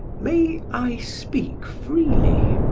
may i speak freely?